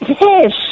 yes